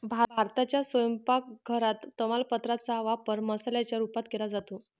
भारताच्या स्वयंपाक घरात तमालपत्रा चा वापर मसाल्याच्या रूपात केला जातो